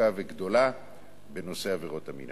ארוכה וגדולה בנושא עבירות מין.